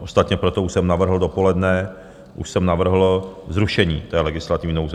Ostatně proto už jsem navrhl dopoledne, už jsem navrhl zrušení té legislativní nouze.